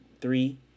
three